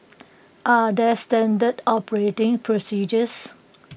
are there standard operating procedures